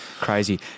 Crazy